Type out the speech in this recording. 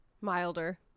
Milder